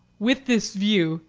with this view,